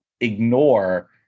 ignore